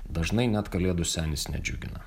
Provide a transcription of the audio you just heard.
dažnai net kalėdų senis nedžiugina